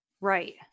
Right